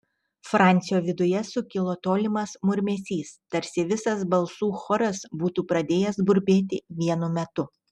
francio viduje sukilo tolimas murmesys tarsi visas balsų choras būtų pradėjęs burbėti vienu metu